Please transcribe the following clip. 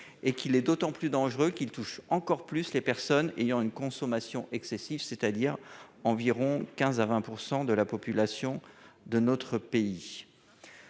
et est d'autant plus dangereux qu'il touche encore plus les personnes ayant une consommation excessive, c'est-à-dire 15 % à 20 % de la population de notre pays.